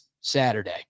Saturday